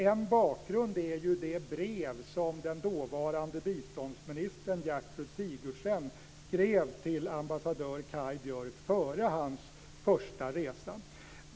En bakgrund är det brev som den dåvarande biståndsministern, Gertrud Sigurdsen, skrev till ambassadör Kaj Björk före hans första resa.